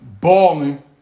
balling